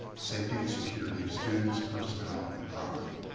safety and security of students, personnel, and property.